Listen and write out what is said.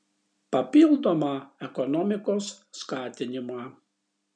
papildomą ekonomikos skatinimą